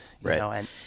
Right